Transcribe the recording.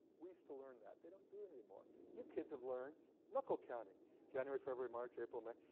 we used to learn that, they don't do it anymore. you kids have learned knuckle counting. january, february, march, april may.